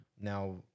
Now